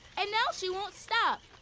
and now she won't stop.